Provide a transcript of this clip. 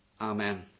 Amen